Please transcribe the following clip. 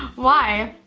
why?